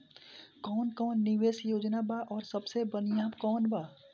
कवन कवन निवेस योजना बा और सबसे बनिहा कवन बा?